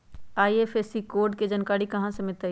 IFSC code के जानकारी कहा मिलतई